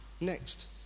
next